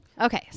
Okay